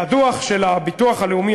והדוח של הביטוח הלאומי,